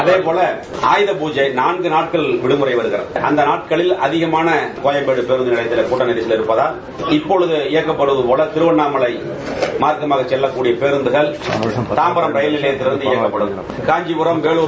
அதேபோல ஆயுத பூலஜயை ஒட்டி நான்கு நாட்கள் விடுமுறை வருகிறது அந்த நாட்களில் அதிகமாக கோயம்பேடு பேருந்து நிலையத்தில் கட்டம இருக்கிறது என்பதால் இப்போது இபக்கப்படுவது போல திருவண்ணாமலை மார்க்கமாக செல்லக்கடிய பேருந்துகள் தாம்பரம் ரயில் நிலையத்திலிருந்து இயக்கப்படும் காஞ்சிபுரம் வேலார்